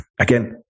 again